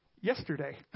yesterday